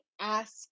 ask